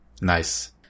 Nice